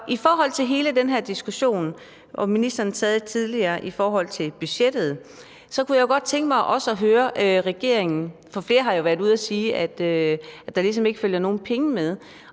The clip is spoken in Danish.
i forhold til hele den her diskussion – og ministeren nævnte tidligere budgettet – kunne jeg godt tænke mig at spørge regeringen om noget. For flere har jo været ude at sige, at der ligesom ikke følger nogen penge med,